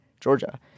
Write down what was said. Georgia